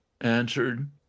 answered